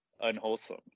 unwholesome